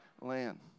land